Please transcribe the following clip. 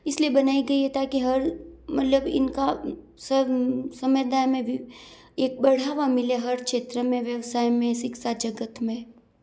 इसलिए बनाई गई है ताकि हर मतलब इनका समझदार में वी एक बढ़ावा मिले हर क्षेत्र में व्यवसाय में शिक्षा जगत में